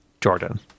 Jordan